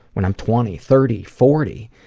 when i'm twenty, thirty, forty,